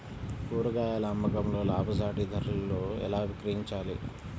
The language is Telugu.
కూరగాయాల అమ్మకంలో లాభసాటి ధరలలో ఎలా విక్రయించాలి?